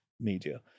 media